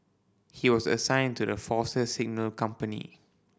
he was assigned to the Force's Signal company